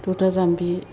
थथा जाम्बि